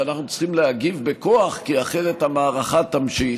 שאנחנו צריכים להגיב בכוח כי אחרת המערכה תמשיך,